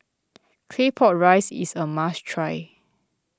Claypot Rice is a must try